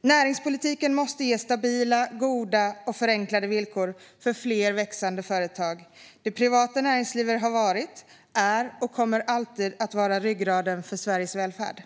Näringspolitiken måste ges stabila, goda och förenklade villkor för fler växande företag. Det privata näringslivet har varit, är och kommer alltid att vara ryggraden för Sveriges välfärd.